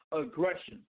Aggression